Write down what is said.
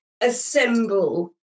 assemble